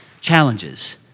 challenges